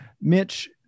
Mitch